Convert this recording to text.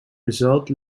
results